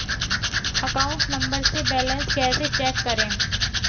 Account number से balance कैसे check करें?